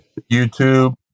YouTube